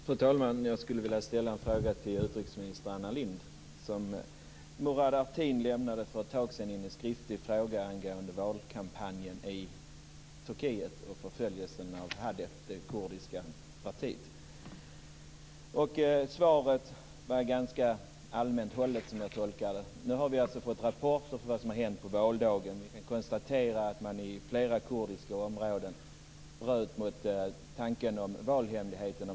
Fru talman! Jag skulle vilja ställa en fråga till utrikesminister Anna Lindh. Murad Artin lämnade för ett tag sedan in en skriftlig fråga angående valkampanjen i Turkiet och förföljelsen av Hadep, det kurdiska partiet. Svaret var ganska allmänt hållet, som jag tolkade det. Nu har vi fått rapporter om vad som hänt på valdagen. Vi kan konstatera att man i flera kurdiska områden bröt mot tanken om valhemligheten.